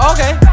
Okay